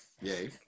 Yay